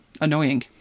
Annoying